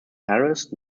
harris